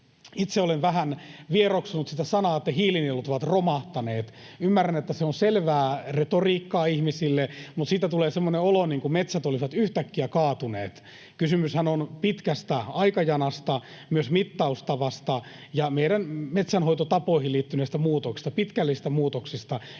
Itse olen vähän vieroksunut sitä sanaa, että hiilinielut ovat romahtaneet. Ymmärrän, että se on selvää retoriikkaa ihmisille, mutta siitä tulee semmoinen olo, niin kuin metsät olivat yhtäkkiä kaatuneet. Kysymyshän on pitkästä aikajanasta, myös mittaustavasta ja meidän metsänhoitotapoihin liittyneistä muutoksista, pitkällisistä muutoksista,